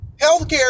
healthcare